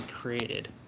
created